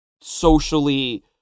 socially